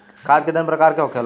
खाद कितने प्रकार के होखेला?